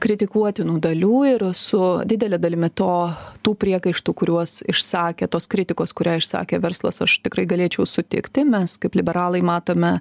kritikuotinų dalių ir su didele dalimi to tų priekaištų kuriuos išsakė tos kritikos kurią išsakė verslas aš tikrai galėčiau sutikti mes kaip liberalai matome